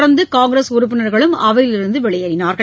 தொடர்ந்து காங்கிரஸ் உறுப்பினர்களும் அவையிலிருந்து வெளியேறினார்கள்